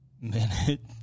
Minute